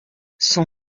son